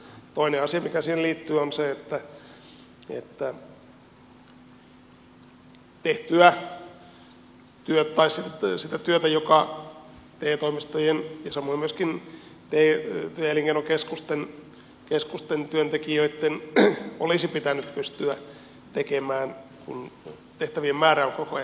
toinen asia mikä siihen liittyy on se työ joka te toimistojen ja samoin myöskin työ ja elinkeinokeskusten työntekijöitten olisi pitänyt pystyä tekemään kun tehtävien määrä on koko ajan lisääntynyt